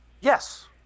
Yes